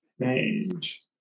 page